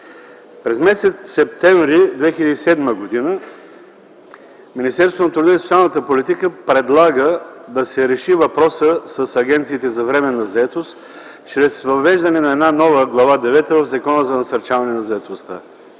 През м. септември 2007 г. Министерство на труда и социалната политика предлага да се реши въпросът с агенциите за временна заетост чрез въвеждане на една нова Глава девета в Закона за насърчаване на заетостта.